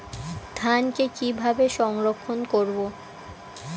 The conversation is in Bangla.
ধানকে কিভাবে সংরক্ষণ করব?